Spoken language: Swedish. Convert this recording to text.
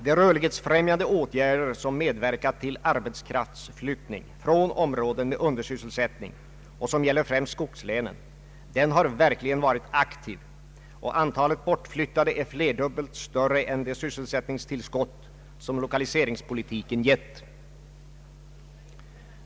De rörlighetsfrämjande åtgärder som medverkat till arbetskraftsflyttning från områden med undersysselsättning gäller främst skogslänen och har verkligen varit aktiva; antalet bortflyttade är flerdubbelt större än de sysselsättningstillskott som lokaliseringspolitiken gett.